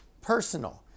personal